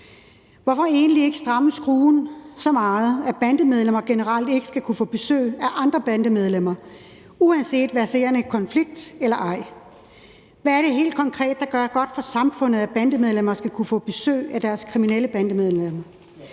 Hvorfor egentlig ikke stramme skruen så meget, at bandemedlemmer generelt ikke skal kunne få besøg af andre bandemedlemmer, uanset om der er verserende konflikter eller ej? Hvad er det helt konkret, det gør godt for samfundet, at bandemedlemmer skal kunne få besøg af andre kriminelle bandemedlemmer?